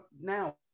now